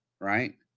Right